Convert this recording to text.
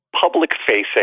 public-facing